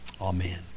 Amen